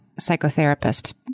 psychotherapist